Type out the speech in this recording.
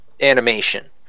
animation